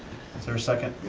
is there a second?